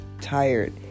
tired